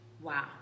Wow